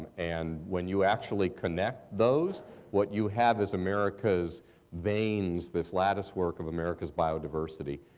and when you actually connect those what you have is america's veins, this latticework of america's biodiversity,